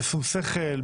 בשום שכל,